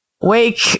wake